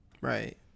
right